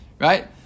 right